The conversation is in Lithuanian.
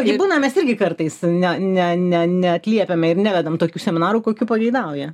gi būna mes irgi kartais ne ne ne neatliepiame ir nevedam tokių seminarų kokių pageidauja